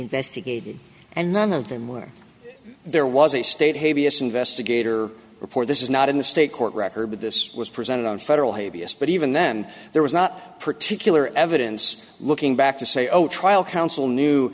investigated and none of them where there was a state hey vs investigator report this is not in the state court record but this was presented on federal habeas but even then there was not particular evidence looking back to say zero trial counsel knew